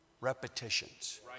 repetitions